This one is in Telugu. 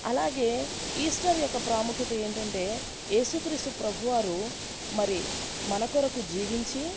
అలాగే ఈస్టర్ యొక్క ప్రాముఖ్యత ఏంటంటే ఏసుక్రీస్తు ప్రభువారు మరి మన కొరకు జీవించి